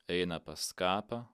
eina pas kapą